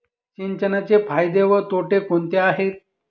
सिंचनाचे फायदे व तोटे कोणते आहेत?